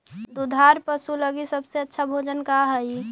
दुधार पशु लगीं सबसे अच्छा भोजन का हई?